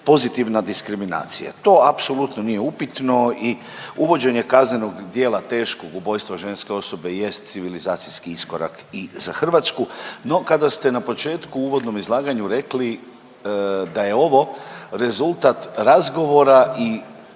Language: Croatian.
pozitivna diskriminacija. To apsolutno nije upitno i uvođenje kaznenog djela teškog ubojstva ženske osobe jest civilizacijski iskorak i za Hrvatsku, no kada ste na početku u uvodnom izlaganju rekli da je ovo rezultat razgovora i